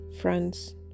friends